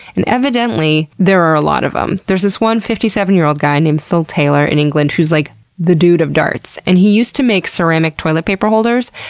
and evidently there are a lot of them. there's this one fifty seven year old guy named phil taylor in england who is like the dude of darts. and he used to make ceramic toilet paper holders,